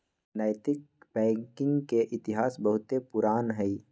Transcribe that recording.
नैतिक बैंकिंग के इतिहास बहुते पुरान हइ